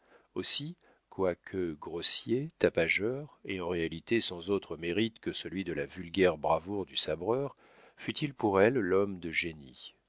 aussi quoique grossier tapageur et en réalité sans autre mérite que celui de la vulgaire bravoure du sabreur fut-il pour elle l'homme de génie